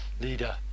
leader